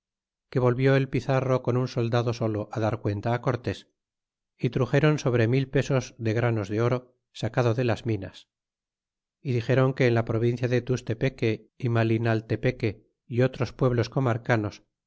que volvió el pizarro con un soldado solo á dar cuenta á cortes y truxéron sobre mil pesos de granos de oro sacado de las minas y dixéron que en la provincia de tustepeque y malinaltepeque y otros pueblos comarcanos